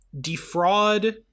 defraud